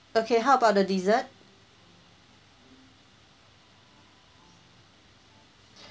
okay how about the dessert